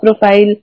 profile